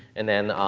and then,